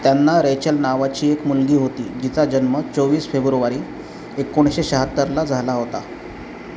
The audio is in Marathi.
त्यांना रेचल नावाची एक मुलगी होती जिचा जन्म चोवीस फेब्रुवारी एकोणीशे शहात्तरला झाला होता